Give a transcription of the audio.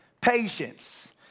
patience